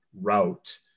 route